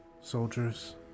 soldiers